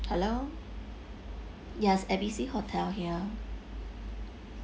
hello yes A_B_C hotel here